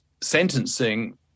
sentencing